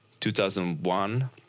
2001